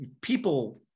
people